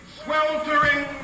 sweltering